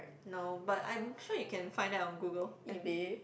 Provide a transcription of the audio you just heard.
no but I'm sure you can find that on Google and